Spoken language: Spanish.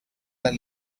las